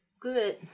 Good